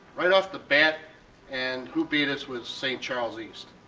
right off the bat and who beat us was st. charles east.